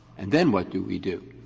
and then what do we do?